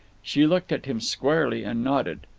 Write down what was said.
she looked at him squarely, and nodded.